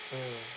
mm